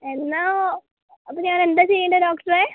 എന്നാൽ അപ്പോൾ ഞാനെന്താ ചെയ്യേണ്ടത് ഡോക്ടറേ